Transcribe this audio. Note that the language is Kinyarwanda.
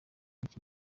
iki